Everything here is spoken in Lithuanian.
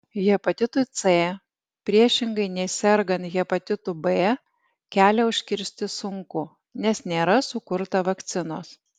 hepatitui c priešingai nei sergant hepatitu b kelią užkirsti sunku nes nėra sukurta vakcinos